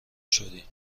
شدیم